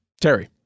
Terry